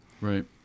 Right